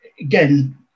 again